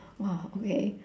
!wow! okay